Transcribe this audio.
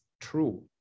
true